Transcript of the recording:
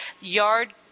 yard